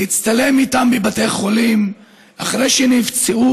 להצטלם איתם בבתי חולים אחרי שנפצעו